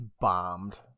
Bombed